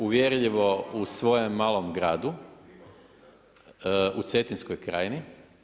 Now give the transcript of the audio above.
Uvjerljivo u svojem malom gradu u Cetinskoj Krajini.